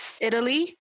Italy